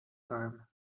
time